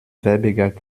werbegag